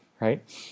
right